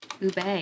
ube